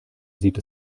sieht